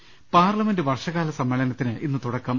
് പാർലമെന്റ് വർഷകാലസമ്മേളനത്തിന് ഇന്ന് തുടക്കം